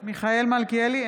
מלכיאלי,